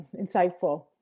insightful